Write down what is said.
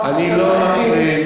אני לא מכליל,